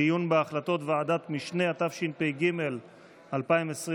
דיון בהחלטות ועדות משנה), התשפ"ג 2022,